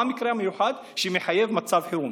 מה המקרה המיוחד שמחייב מצב חירום?